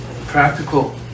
practical